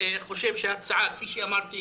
כפי שאמרתי